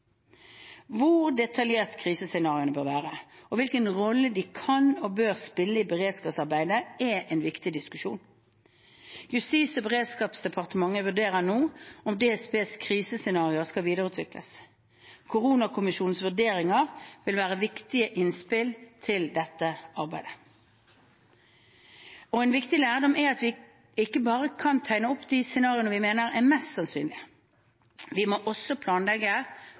Hvor detaljerte krisescenarioene bør være, og hvilken rolle de kan og bør spille i beredskapsarbeidet, er en viktig diskusjon. Justis- og beredskapsdepartementet vurderer nå om DSBs krisescenarioer skal videreutvikles. Koronakommisjonens vurderinger vil være viktige innspill til dette arbeidet. En viktig lærdom er at vi ikke bare kan tegne opp de scenarioene vi mener er mest sannsynlige. Vi må også planlegge